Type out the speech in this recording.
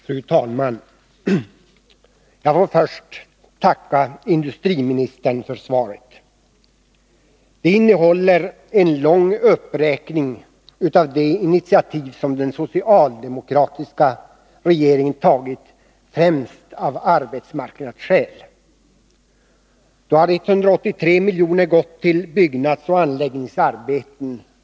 Fru talman! Jag får först tacka industriministern för svaret. Svaret innehåller en lång uppräkning av de initiativ som den socialdemokratiska regeringen tagit, främst av arbetsmarknadsskäl. Då har 183 milj.kr. gått till byggnadsoch anläggningsarbeten.